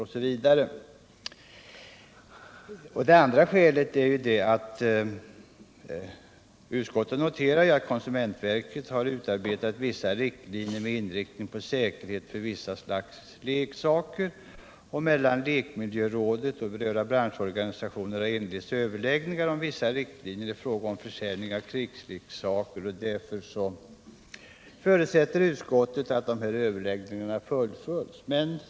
Det andra skälet till att utskottet inte ansett sig kunna tillstyrka motionen är att konsumentverket har utarbetat vissa riktlinjer med inriktning på säkerhet för vissa slags leksaker. Vidare har mellan lekmiljörådet och berörda branschorganisationer inletts överläggningar om vissa riktlinjer i fråga om försäljning av krigsleksaker. Utskottet förutsätter att dessa överläggningar fullföljs.